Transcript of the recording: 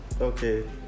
Okay